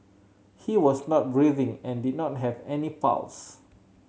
he was not breathing and did not have any pulse